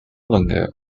longer